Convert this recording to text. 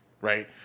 Right